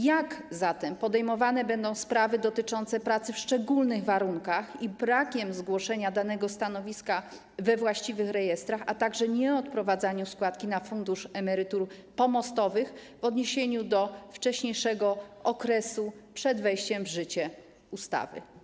Jak zatem podejmowane będą sprawy dotyczące pracy w szczególnych warunkach i braku zgłoszenia danego stanowiska we właściwych rejestrach, a także nieodprowadzania składki na Fundusz Emerytur Pomostowych w odniesieniu do wcześniejszego okresu przed wejściem w życie ustawy?